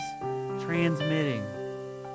transmitting